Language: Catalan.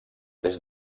des